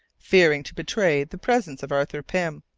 fearing to betray the presence of arthur pym,